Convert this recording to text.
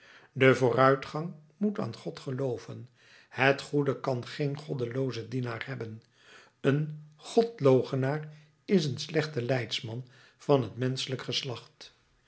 de vooruitgang moet aan god gelooven het goede kan geen goddeloozen dienaar hebben een godloochenaar is een slechte leidsman van het menschelijk geslacht